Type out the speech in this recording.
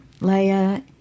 Leah